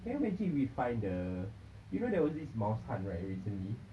can you imagine we find the you know there was this mouse hunt recently